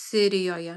sirijoje